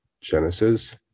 Genesis